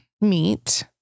meat